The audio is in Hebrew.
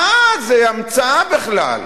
מה, זה המצאה בכלל.